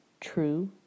True